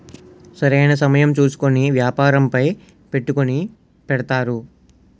సరైన సమయం చూసుకొని వ్యాపారంపై పెట్టుకుని పెడతారు